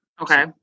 Okay